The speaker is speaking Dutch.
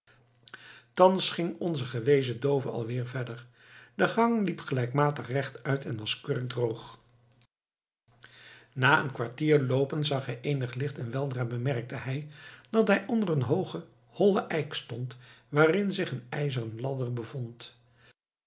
thans ging onze gewezen doove alweer verder de gang liep gelijkmatig rechtuit en was kurkdroog na een kwartier uur loopens zag hij eenig licht en weldra bemerkte hij dat hij onder een hoogen hollen eik stond waarin zich eene ijzeren ladder bevond